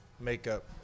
makeup